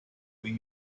were